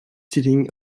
sitting